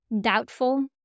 doubtful